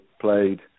played